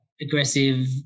aggressive